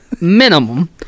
Minimum